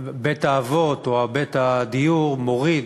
בית-האבות או בית-הדיור מוריד,